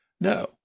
No